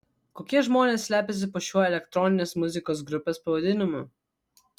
kokie žmonės slepiasi po šiuo elektroninės muzikos grupės pavadinimu